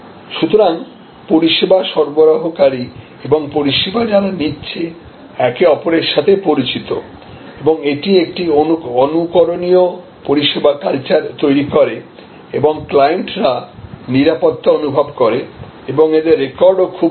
সুতরাং পরিষেবা সরবরাহকারী এবং পরিষেবা যারা নিচ্ছে একে অপরের সাথে পরিচিত এবং এটি একটি অনুকরণীয় পরিষেবা কালচার তৈরি করে এবং ক্লায়েন্টরা নিরাপত্তা অনুভব করে এবং এদের রেকর্ডও খুব ভালো